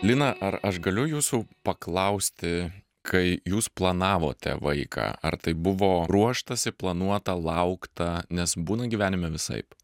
lina ar aš galiu jūsų paklausti kai jūs planavote vaiką ar tai buvo ruoštasi planuota laukta nes būna gyvenime visaip